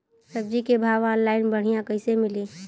सब्जी के भाव ऑनलाइन बढ़ियां कइसे मिली?